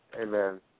amen